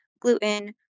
gluten